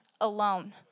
alone